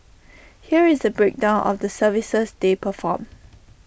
here is A breakdown of the services they perform